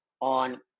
on